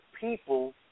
people